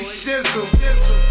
shizzle